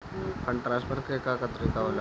Fund transfer के का तरीका होला?